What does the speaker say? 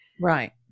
Right